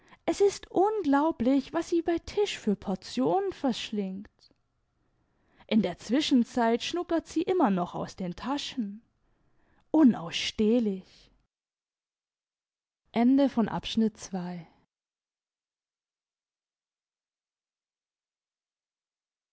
es ist unglaublich was sie bei tisch für portionen verschlingt in der zwischenzeit schnuckert sie immer noch aus den taschen unausstehlich